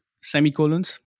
semicolons